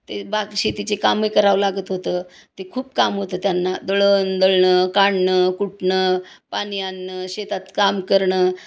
ते बाग शेतीचे कामही करावं लागत होतं ते खूप काम होतं त्यांना दळण दळणं कांडणं कुटणं पाणी आणणं शेतात काम करणं